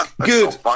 Good